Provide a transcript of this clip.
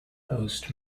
host